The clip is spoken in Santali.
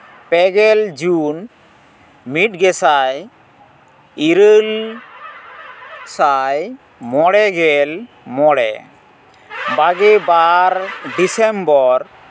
ᱯᱮᱜᱮᱞ ᱡᱩᱱ ᱢᱤᱫ ᱜᱮᱥᱟᱭ ᱤᱨᱟᱹᱞ ᱥᱟᱭ ᱢᱚᱬᱮᱜᱮᱞ ᱢᱚᱬᱮ ᱵᱟᱨᱜᱮ ᱵᱟᱨ ᱰᱤᱥᱮᱢᱵᱚᱨ